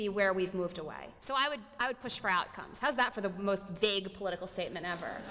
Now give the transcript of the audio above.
be where we've moved away so i would i would push for outcomes how's that for the most vague political statement